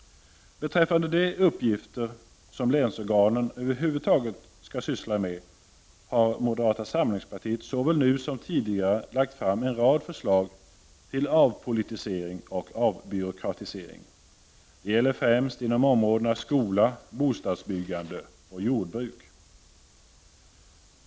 Beträffande de uppgifter som länsorganen över huvud taget skall syssla med har moderata samlingspartiet såväl nu som tidigare lagt fram en rad förslag till avpolitisering och avbyråkratisering. Det gäller främst inom områdena skola, bostadsbyggande och jordbruk.